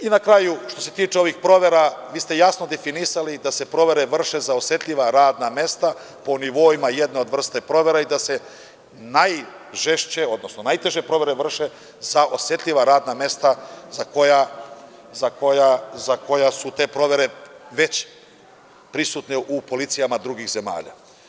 I na kraju što se tiče ovih provera, vi ste jasno definisali da se provere vrše za osetljiva radna mesta po nivoima jedne od vrsta provera i da se najžešće, odnosno najteže provere vrše za osetljiva radna mesta, za koja su te provere veće prisutne u policijama drugih zemalja.